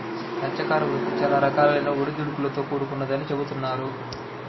మత్స్యకార వృత్తి చాలా రకాలైన ఒడిదుడుకులతో కూడుకొన్నదని చెబుతున్నారు